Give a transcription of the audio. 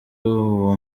uwo